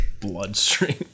bloodstream